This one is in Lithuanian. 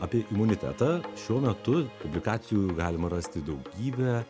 apie imunitetą šiuo metu publikacijų galima rasti daugybę